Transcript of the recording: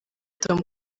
tom